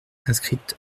inscrite